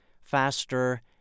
faster